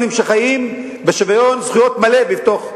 מדבר על מי שתומך בהכרזה,